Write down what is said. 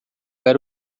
era